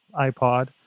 iPod